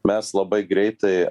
mes labai greitai